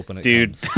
Dude